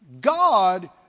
God